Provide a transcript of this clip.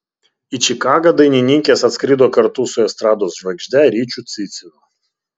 į čikagą dainininkės atskrido kartu su estrados žvaigžde ryčiu cicinu